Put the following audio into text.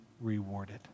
rewarded